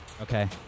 Okay